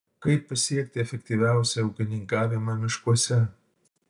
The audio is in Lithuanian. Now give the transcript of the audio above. kaip pasiekti efektyviausią ūkininkavimą miškuose